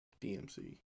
dmc